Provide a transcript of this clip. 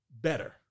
better